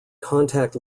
contact